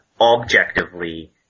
objectively